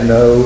no